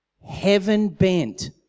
heaven-bent